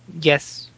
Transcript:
yes